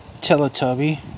Teletubby